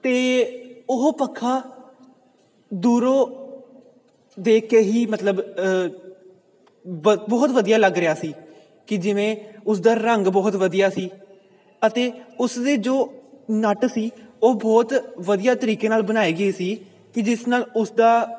ਅਤੇ ਉਹ ਪੱਖਾ ਦੂਰੋਂ ਦੇਖ ਕੇ ਹੀ ਮਤਲਬ ਵ ਬਹੁਤ ਵਧੀਆ ਲੱਗ ਰਿਹਾ ਸੀ ਕਿ ਜਿਵੇਂ ਉਸ ਦਾ ਰੰਗ ਬਹੁਤ ਵਧੀਆ ਸੀ ਅਤੇ ਉਸ ਦੇ ਜੋ ਨਟ ਸੀ ਉਹ ਬਹੁਤ ਵਧੀਆ ਤਰੀਕੇ ਨਾਲ ਬਣਾਏ ਗਏ ਸੀ ਕਿ ਜਿਸ ਨਾਲ ਉਸ ਦਾ